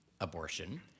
abortion